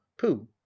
pooh